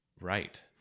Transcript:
right